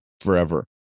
forever